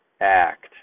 act